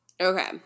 Okay